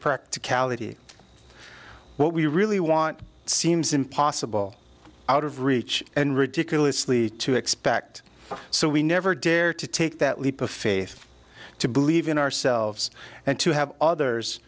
practicality what we really want seems impossible out of reach and ridiculously to expect so we never dare to take that leap of faith to believe in ourselves and to have others